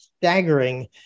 staggering